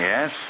Yes